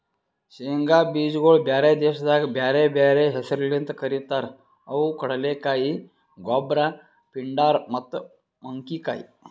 ಶೇಂಗಾ ಬೀಜಗೊಳ್ ಬ್ಯಾರೆ ದೇಶದಾಗ್ ಬ್ಯಾರೆ ಬ್ಯಾರೆ ಹೆಸರ್ಲಿಂತ್ ಕರಿತಾರ್ ಅವು ಕಡಲೆಕಾಯಿ, ಗೊಬ್ರ, ಪಿಂಡಾರ್ ಮತ್ತ ಮಂಕಿಕಾಯಿ